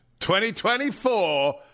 2024